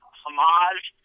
homage